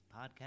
podcast